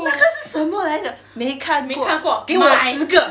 那个是什么来的没看过给我十个